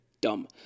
dumb